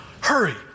Hurry